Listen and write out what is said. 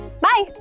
Bye